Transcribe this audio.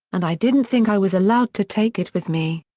and i didn't think i was allowed to take it with me.